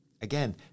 again